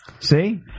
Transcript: See